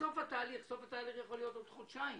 בסוף התהליך סוף התהליך יכול להיות בעוד חודשיים